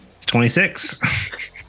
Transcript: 26